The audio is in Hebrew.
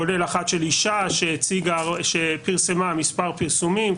כולל אחד של אישה שפרסמה מספר פרסומים,